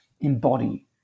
embody